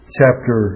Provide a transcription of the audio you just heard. chapter